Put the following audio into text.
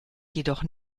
jedoch